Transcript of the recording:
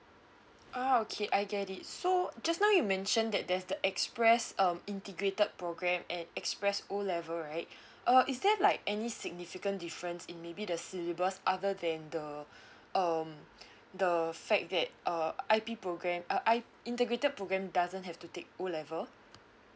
ah okay I get it so just now you mention that there's the express um integrated program and express O level right uh is there like any significant difference in maybe the syllabus other than the um the fact that uh I_P program uh i integrated program doesn't have to take O level